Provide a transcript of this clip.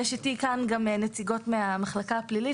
איתי נמצאות גם נציגות מהמחלקה הפלילית